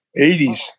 80s